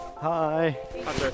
Hi